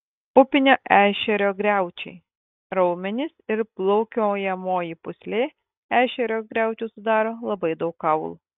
upinio ešerio griaučiai raumenys ir plaukiojamoji pūslė ešerio griaučius sudaro labai daug kaulų